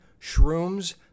shrooms